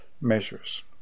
measures